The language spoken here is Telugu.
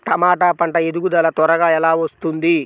టమాట పంట ఎదుగుదల త్వరగా ఎలా వస్తుంది?